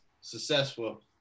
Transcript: successful